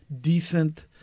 decent